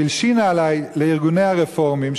והלשינה עלי לארגוני הרפורמים,